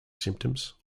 symptoms